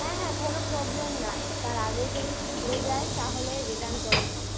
হ্যাঁ হ্যাঁ কোনো প্রবলেম নাই তার আগেই যদি ছিঁড়ে যায় তাহলে রিটার্ন করা যাবে